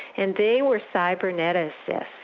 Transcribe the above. and they were cyberneticists,